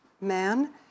man